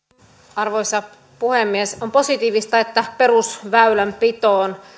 arvoisa puhemies on positiivista että perusväylänpitoon